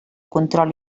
control